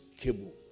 cable